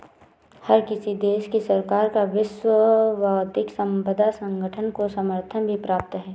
हर किसी देश की सरकार का विश्व बौद्धिक संपदा संगठन को समर्थन भी प्राप्त है